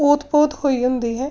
ਓਥ ਪੋਥ ਹੋਈ ਹੁੰਦੀ ਹੈ